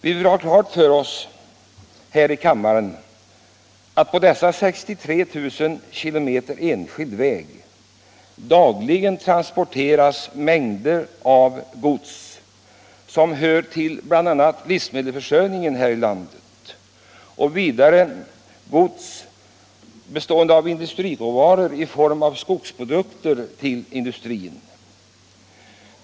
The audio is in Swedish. Vi bör ha klart för oss här i riksdagen att på dessa 63 000 kilometer enskild väg transporteras dagligen mängder av gods som hör till bl.a. livsmedelsförsörjningen. Vidare transporteras där industriråvaror i form av skogsprodukter till industrin.